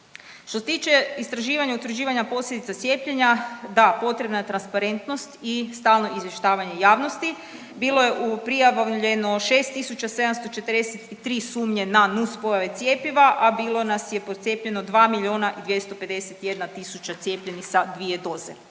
Što se tiče istraživanja utvrđivanja posljedica cijepljenja, da potrebna je transparentnost i stalno izvještavanje javnosti. Bilo je prijavljeno 6.743 sumnje na nuspojave cjepiva, a bilo nas je procijepljeno 2 milijuna i 251 tisuća cijepljenih sa dvije doze,